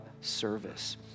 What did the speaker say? service